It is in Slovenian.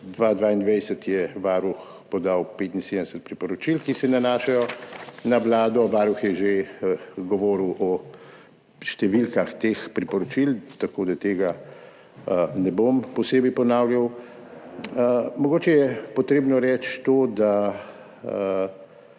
2022 je Varuh podal 75 priporočil, ki se nanašajo na Vlado. Varuh je že govoril o številkah teh priporočil, tako da tega ne bom posebej ponavljal. Mogoče je treba reči to, da